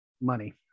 money